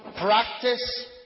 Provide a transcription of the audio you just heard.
practice